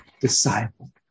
disciple